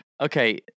Okay